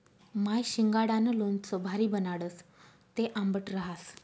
माय शिंगाडानं लोणचं भारी बनाडस, ते आंबट रहास